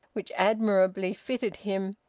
which admirably fitted him.